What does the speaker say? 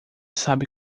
sabe